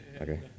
Okay